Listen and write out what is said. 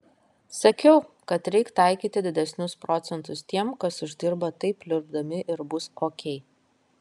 sakiau kad reik taikyti didesnius procentus tiem kas uždirba taip pliurpdami ir bus okei